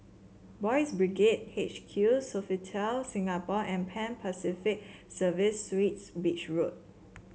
Boys' Brigade H Q Sofitel Singapore and Pan Pacific Service Suites Beach Road